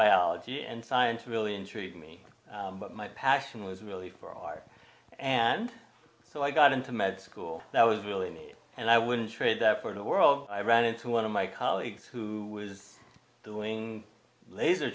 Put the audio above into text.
biology and science really intrigued me but my passion was really for art and so i got into med school that was really neat and i wouldn't trade that for the world i ran into one of my colleagues who was doing laser